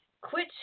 Quit